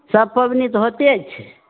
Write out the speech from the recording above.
सभ पाबनि तऽ होते छै